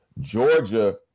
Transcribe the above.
Georgia